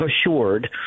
assured